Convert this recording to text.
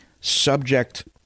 subject